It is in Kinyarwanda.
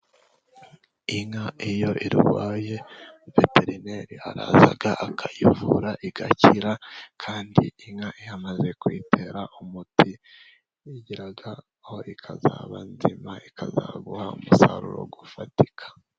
nka iyo irwaye veterineri araza akayivura igakira, kandi inka iyo amaze kuyitera umuti igera aho ikazaba nzima, ikazaguha umusaruro ufatika.